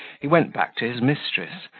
he went back to his mistress,